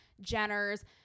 jenner's